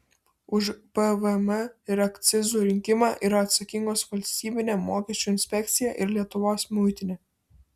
už pvm ir akcizų rinkimą yra atsakingos valstybinė mokesčių inspekcija ir lietuvos muitinė